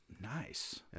Nice